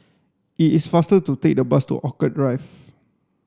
it is faster to take the bus to Orchid Drive